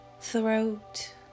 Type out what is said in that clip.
throat